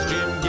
Jim